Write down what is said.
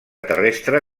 terrestre